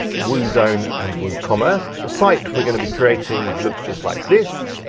woozone, and woocommerce. the site we're gonna be creating looks just like this.